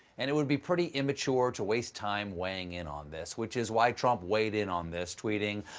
and it would be pretty immature to waste time weighing in on this. which is why trump weighed in on this, tweeting,